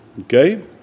okay